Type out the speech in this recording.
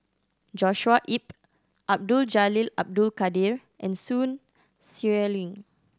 Joshua Ip Abdul Jalil Abdul Kadir and Sun Xueling